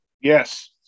Yes